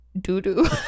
doo-doo